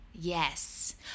Yes